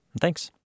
Thanks